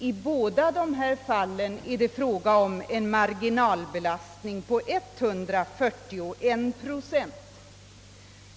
I båda dessa fall är det fråga om en marginalbelastning på 141 procent.